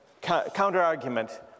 counter-argument